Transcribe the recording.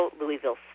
Louisville